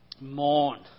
mourn